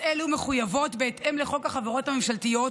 בהתאם לחוק החברות הממשלתיות,